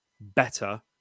better